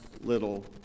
little